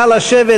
נא לשבת,